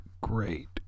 great